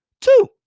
Two